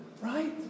Right